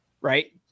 right